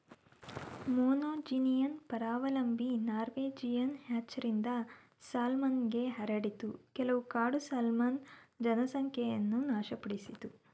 monogenean ಪರಾವಲಂಬಿ Norwegian ಹ್ಯಾಚರಿಂದ ಸಾಲ್ಮನ್ಗೆ ಹರಡಿತು ಮತ್ತು ಕೆಲವು ಕಾಡು ಸಾಲ್ಮನ್ ಜನಸಂಖ್ಯೆ ನಾಶಪಡಿಸಿತು